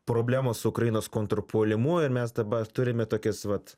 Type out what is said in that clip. problemos su ukrainos kontrpuolimu ir mes dabar turime tokias vat